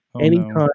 anytime